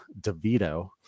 DeVito